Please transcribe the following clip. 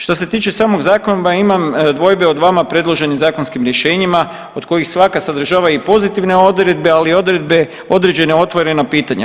Što se tiče samog Zakona, imam dvojbe o dvama predloženim zakonskim rješenjima, od kojih svaka sadržava i pozitivne odredbe, ali i odredbe određena otvorena pitanja.